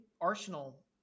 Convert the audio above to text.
Arsenal